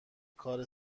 کار